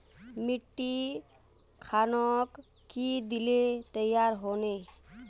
मिट्टी खानोक की दिले तैयार होने?